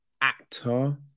Actor